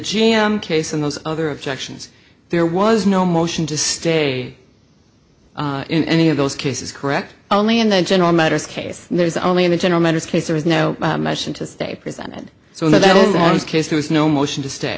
g m case and those other objections there was no motion to stay in any of those cases correct only in the general motors case there's only in the general motors case there is no motion to stay presented so the little boys case there was no motion to stay